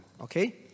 Okay